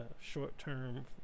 short-term